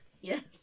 Yes